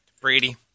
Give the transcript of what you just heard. Brady